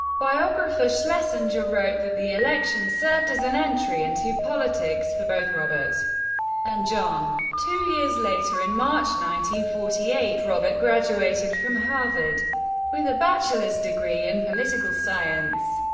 biographer schlesinger wrote that the election served as an entry into politics for both robert and john. two years later in march one forty eight, robert graduated from harvard with a bachelor's degree in political science.